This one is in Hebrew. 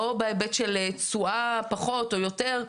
לא בהיבט של תשואה פחות או יותר,